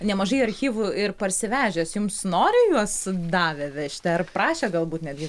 nemažai archyvų ir parsivežęs jums noriai juos davė vežti ar prašė galbūt netgi